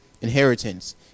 inheritance